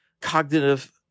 cognitive